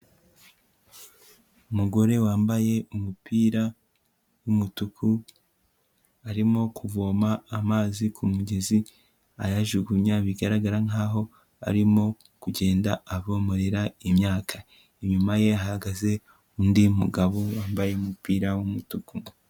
Umugore wambaye umupira w'umutuku, arimo kuvoma amazi ku mugezi ayajugunya bigaragara nkaho arimo kugenda avomererera imyaka. Inyuma ye hahagaze undi mugabo wambaye umupira w'umutuku.